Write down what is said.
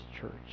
church